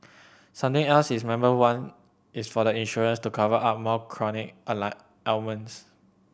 something else its member want is for the insurance to cover more chronic ailments